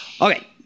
Okay